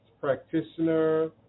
practitioner